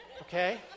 okay